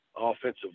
offensive